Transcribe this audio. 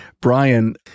Brian